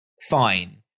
fine